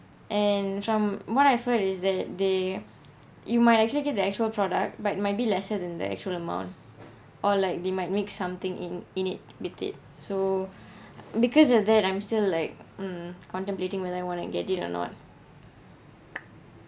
and from what I've heard is that they you might actually get the actual product but might be lesser than the actual amount or like they might mix something in in it with it so because of that I'm still like mm contemplating whether I want to get it or not